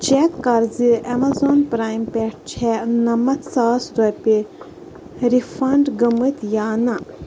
check کَر زِ Amazon prime پٮ۪ٹھ چھےٚ نَمَتھ ساس رۄپیہِ رِفنٛڈ گٲمٕتۍ یا نہَ